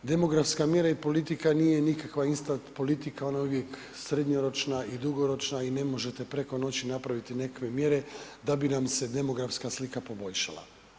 Demografska mjera i politika nije nikakva ista politika, ona je uvijek srednjoročna i dugoročna i ne možete preko noći napraviti nekakve mjere da bi nam se demografska slika poboljšala.